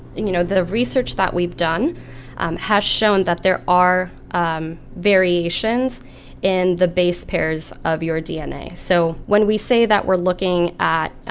you know, the research that we've done has shown that there are um variations in the base pairs of your dna. so when we say that we're looking at,